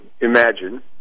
Imagine